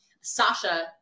Sasha